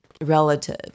relative